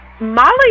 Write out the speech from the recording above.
Molly